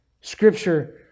Scripture